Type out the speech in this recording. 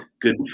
good